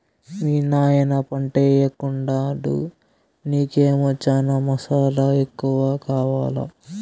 మీ నాయన పంటయ్యెకుండాడు నీకేమో చనా మసాలా ఎక్కువ కావాలా